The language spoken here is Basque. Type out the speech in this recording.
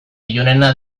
ilunena